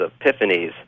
epiphanies